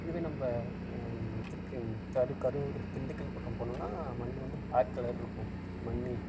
இதுவே நம்ம இதுக்கு தடு கரூர் திண்டுக்கல் பக்கம் போனோம்னால் மண் வந்து பிளாக் கலர் இருக்கும் மண்ணே